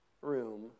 room